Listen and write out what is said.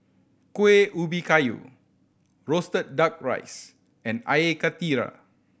Kuih Ubi Kayu roasted Duck Rice and Air Karthira